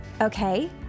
okay